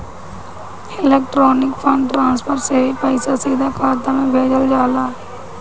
electronic fund transfer से भी पईसा सीधा खाता में भेजल जाला